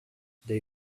they